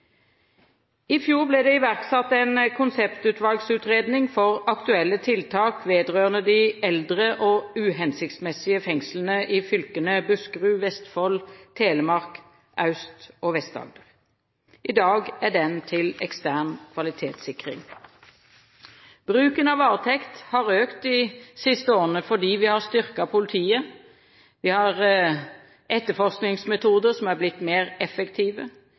I fjor ble det iverksatt en konseptutvalgsutredning for aktuelle tiltak vedrørende de eldre og uhensiktsmessige fengslene i fylkene Buskerud, Vestfold, Telemark, Aust-Agder og Vest-Agder – i dag er den til ekstern kvalitetssikring. Bruken av varetekt har økt de siste årene fordi vi har styrket politiet, vi har etterforskningsmetoder som har blitt mer effektive,